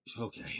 okay